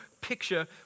picture